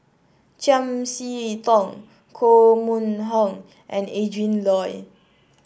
Chiam See Tong Koh Mun Hong and Adrin Loi